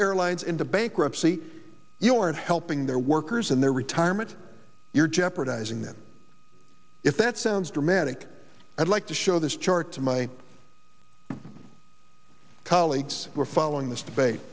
airlines into bankruptcy you aren't helping their workers and their retirement you're jeopardizing them if that sounds dramatic i'd like to show this chart to my colleagues we're following this debate